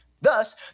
Thus